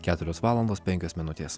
keturios valandos penkios minutės